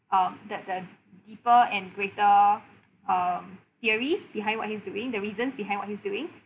um the the deeper and greater um theories behind what he's doing the reasons behind what he's doing